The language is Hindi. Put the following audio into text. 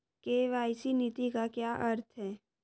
के.वाई.सी नीति का क्या अर्थ है?